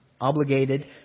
obligated